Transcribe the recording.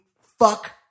Fuck